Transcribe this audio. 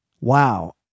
Wow